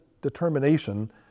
determination